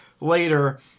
later